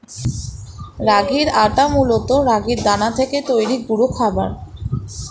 রাগির আটা মূলত রাগির দানা থেকে তৈরি গুঁড়ো খাবার